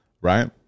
right